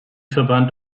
verband